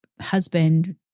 husband